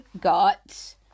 got